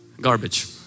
Garbage